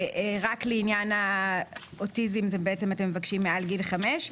רק בעניין האוטיזם אתם מבקשים מעל גיל חמש.